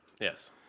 Yes